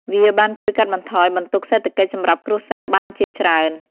វាបានជួយកាត់បន្ថយបន្ទុកសេដ្ឋកិច្ចសម្រាប់គ្រួសារបានជាច្រើន។